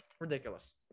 Ridiculous